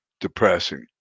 depressing